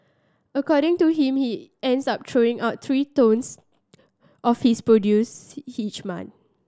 according to him he ends up throwing out three tonnes of his produce each month